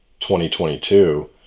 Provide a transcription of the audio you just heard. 2022